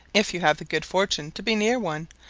if you have the good fortune to be near one,